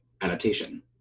adaptation